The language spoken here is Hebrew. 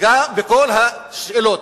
לכל השאלות,